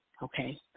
Okay